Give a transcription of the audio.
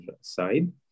side